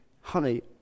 honey